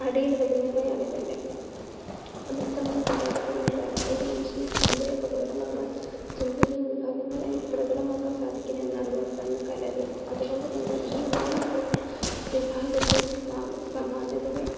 അടിയിൽവരുന്നവയാണിതെല്ലാം നൃത്തമെന്ന കലാരൂപം എന്താണ് ഒരു മനുഷ്യൻ്റെ ചിന്തയെപോലും പ്രകടമാക്കാൻ ചിന്തയും വികാരങ്ങളെയും പ്രകടമാക്കാൻ സാധിക്കുന്ന ഒന്നാണ് നൃത്തം എന്ന കലാരൂപം അതുകൊണ്ട് തന്നെ ഈ മൂന്ന് നൃത്ത വിഭാഗത്തിനും സമാനതകൾ